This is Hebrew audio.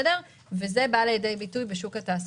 זה בא לידי ביטוי בשוק התעסוקה.